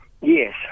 Yes